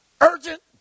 urgent